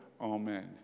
Amen